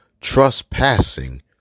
trespassing